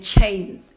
Chains